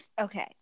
Okay